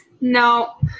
No